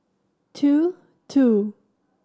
two two